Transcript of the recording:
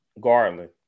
Garland